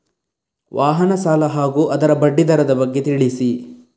ವಾಹನ ಸಾಲ ಹಾಗೂ ಅದರ ಬಡ್ಡಿ ದರದ ಬಗ್ಗೆ ತಿಳಿಸಿ?